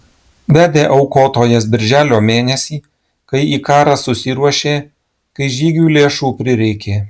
vedė aukotojas birželio mėnesį kai į karą susiruošė kai žygiui lėšų prireikė